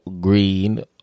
green